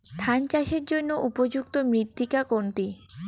ধান চাষের জন্য উপযুক্ত মৃত্তিকা কোনটি?